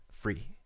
free